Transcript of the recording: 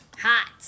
Hot